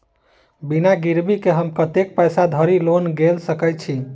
बिना गिरबी केँ हम कतेक पैसा धरि लोन गेल सकैत छी?